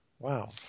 Wow